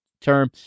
term